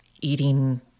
eating